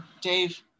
Dave